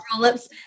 roll-ups